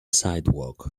sidewalk